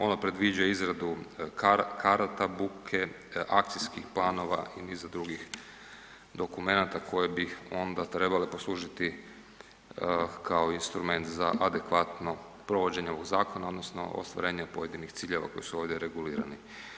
Ono predviđa izradu karata buke, akcijskih planova i niza drugih dokumenata koje bih onda trebale poslužiti kao instrument za adekvatno provođenje ovog zakona odnosno ostvarenje pojedinih ciljeva koji su ovdje regulirani.